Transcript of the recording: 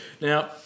Now